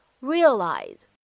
realize